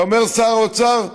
ואומר שר האוצר: